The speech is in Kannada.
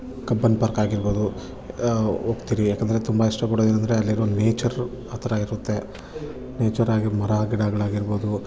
ಕಬ್ಬನ್ ಪಾರ್ಕ್ ಆಗಿರ್ಬೋದು ಹೋಗ್ತೀರಿ ಯಾಕಂದರೆ ತುಂಬ ಇಷ್ಟಪಡೋದು ಏನಂದರೆ ಅಲ್ಲಿರೊ ನೇಚರು ಆ ಥರ ಇರುತ್ತೆ ನೇಚರ್ ಆಗಿ ಮರ ಗಿಡಗಳಾಗಿರ್ಬೋದು